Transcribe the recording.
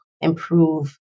improve